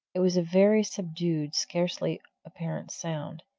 it was a very subdued, scarcely apparent sound,